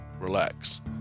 relax